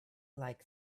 like